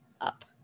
up